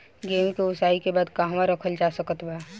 गेहूँ के ओसाई के बाद कहवा रखल जा सकत बा?